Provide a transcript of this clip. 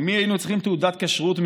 ממי היינו צריכים תעודת כשרות,